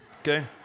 Okay